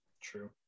true